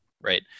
right